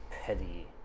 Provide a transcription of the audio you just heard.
petty